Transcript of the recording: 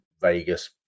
Vegas